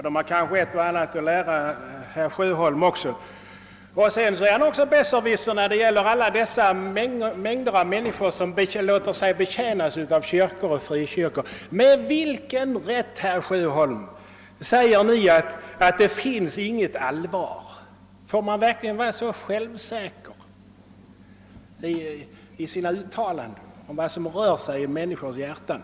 De har kanske ett och annat att lära också herr Sjöholm. Vidare är han också besserwisser när det gäller alla dessa mängder av människor som låter sig betjänas av sSvenska kyrkan och frikyrkosamfund. Med vilken rätt säger Ni, herr Sjöholm, att det inte finns något allvar hos dessa människor? Får man verkligen vara så självsäker i sina uttalanden om vad som rör sig i människors hjärtan?